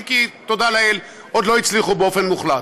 אם כי תודה לאל עוד לא הצליחו באופן מוחלט.